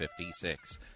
56